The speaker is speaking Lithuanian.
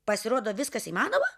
pasirodo viskas įmanoma